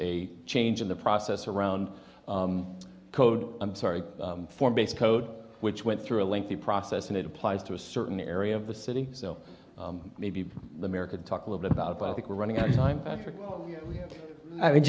a change in the process around code i'm sorry form base code which went through a lengthy process and it applies to a certain area of the city so maybe the america talk a little bit about it but i think we're running out of time i